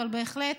אבל בהחלט